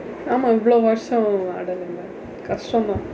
ஆமாம் இவ்வளவு வர்ஷம் ஆடுனதுனால கஷ்டம் தான்:aamam ivvavlu varsham aadunathunaala kashtam thaan